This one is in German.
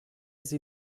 sie